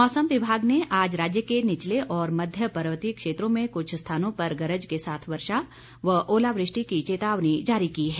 मौसम विभाग ने आज राज्य के निचले और मध्य पर्वतीय क्षेत्रों में कुछ स्थानों पर गरज के साथ वर्षा व ओलावृष्टि की चेतावनी जारी की है